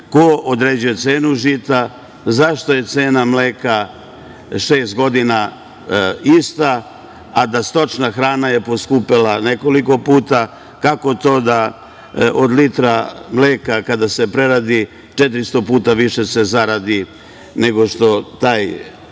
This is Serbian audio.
ko određuje cenu žita, zašto je cena mleka šest godina ista, a da stočna hrana je poskupela nekoliko puta? Kako to da od litra mleka kada se preradi 400 puta se više zaradi nego što taj